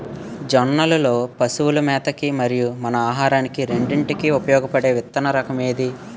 జొన్నలు లో పశువుల మేత కి మరియు మన ఆహారానికి రెండింటికి ఉపయోగపడే విత్తన రకం ఏది?